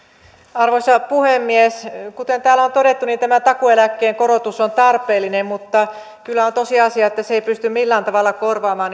arvoisa puhemies kuten täällä on todettu tämä takuueläkkeen korotus on tarpeellinen mutta kyllä on tosiasia että se ei pysty millään tavalla korvaamaan